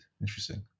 Interesting